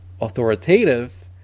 authoritative